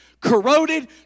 Corroded